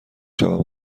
شوم